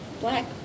Black